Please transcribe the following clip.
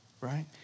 right